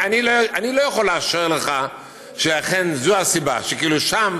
--- אני לא יכול לאשרר לך שזו אכן הסיבה, ששם,